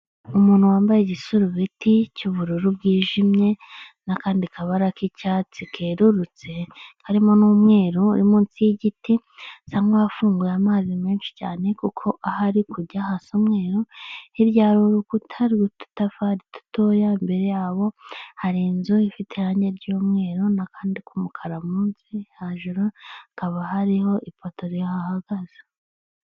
Umuntu wambaye igisurubeti cy'ubururu bwijimye n'akandi kabara k'icyatsi kerurutse harimo n'umweru, uri munsi y'igiti asa nkuwafunguye amazi menshi cyane kuko aho ari kujya hasa umweru, hirya hari urukuta ruriho udutafari dutoya, imbere yabo hari inzu ifite irange ry'umweru n'akandi kumukara munsi, hejuru hakaba hariho ipoto rihahagaze.